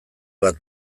bat